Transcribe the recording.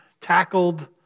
tackled